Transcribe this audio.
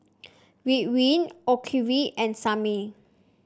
Ridwind Ocuvite and Sebamed